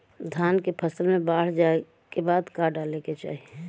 धान के फ़सल मे बाढ़ जाऐं के बाद का डाले के चाही?